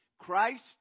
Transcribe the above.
Christ